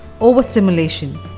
overstimulation